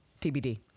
TBD